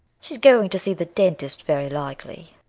she's going to see the dentist, very likely.